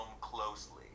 closely